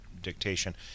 dictation